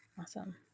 Awesome